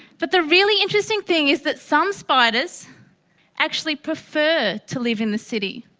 but the really interesting thing is that some spiders actually prefer to live in the city.